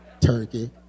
turkey